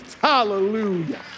Hallelujah